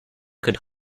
could